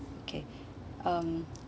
okay um